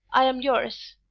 i am yours.